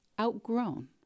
outgrown